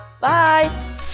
Bye